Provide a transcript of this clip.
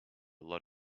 lot